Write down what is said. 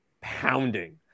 pounding